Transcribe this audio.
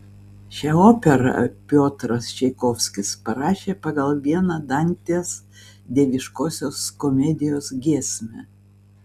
šią operą piotras čaikovskis parašė pagal vieną dantės dieviškosios komedijos giesmę